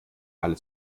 alle